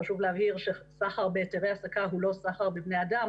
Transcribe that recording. פשוט להבהיר שסחר בהיתרי העסקה הוא לא סחר בבני אדם,